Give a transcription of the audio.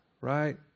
right